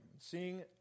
Seeing